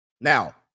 Now